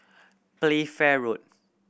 Playfair Road